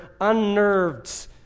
unnerved